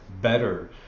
better